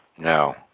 No